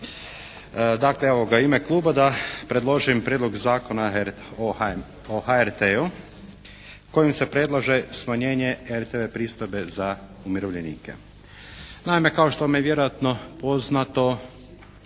Dakle, evo u ime kluba da predložim Prijedlog zakona o HRT-u kojim se predlaže smanjenje RTV pristojbe za umirovljenike. Naime, kao što vam je vjerojatno poznato